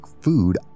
food